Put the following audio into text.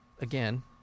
again